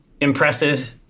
impressive